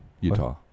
Utah